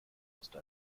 musste